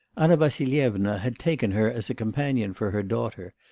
anna vassilyevna had taken her as a companion for her daughter,